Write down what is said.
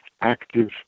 active